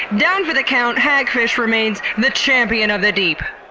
down for the count, hagfish remains the champion of the deep!